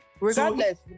regardless